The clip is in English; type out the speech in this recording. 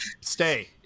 stay